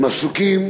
הם עסוקים,